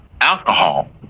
alcohol